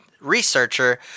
Researcher